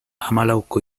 hamalauko